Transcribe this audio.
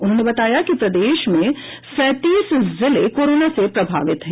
उन्होंने बताया कि प्रदेश में सैंतीस जिले कोरोना से प्रभावित हैं